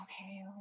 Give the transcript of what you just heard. Okay